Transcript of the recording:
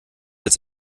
als